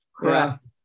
Correct